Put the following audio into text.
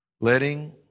letting